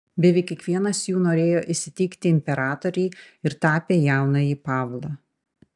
beveik kiekvienas jų norėjo įsiteikti imperatorei ir tapė jaunąjį pavlą